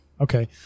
Okay